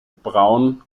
braun